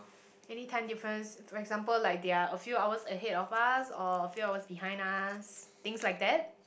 any time difference for example like they are a few hours ahead of us or a few hours behind us things like that